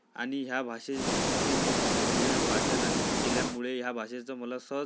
आणि ह्या भाषेमध्ये मी लिहिणं वाचन आणि केल्यामुळे ह्या भाषेचं मला सहज